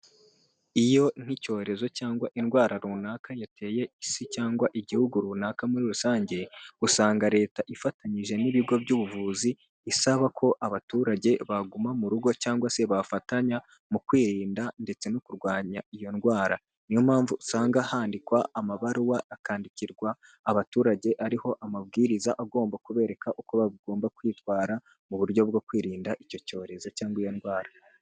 Iyo nk'icyorezo cyangwa indwara runaka yateye isi cyangwa igihugu runaka muri rusange, usanga leta ifatanyije n'ibigo by'ubuvuzi isaba ko abaturage baguma mu rugo cyangwa se bafatanya mu kwirinda ndetse no kurwanya iyo ndwara. Niyo mpamvu usanga handikwa amabaruwa akandikirwa abaturage ariho amabwiriza agomba kubereka uko bagomba kwitwara mu buryo bwo kwirinda icyo cyorezo cyangwa iyo ndwara.